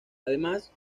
además